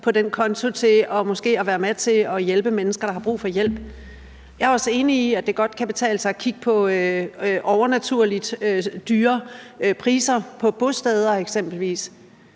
på den konto til måske at være med til at hjælpe mennesker, der har brug for hjælp. Jeg er også enig i, at det godt kan betale sig at kigge på overnaturligt dyre priser på eksempelvis